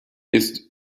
ist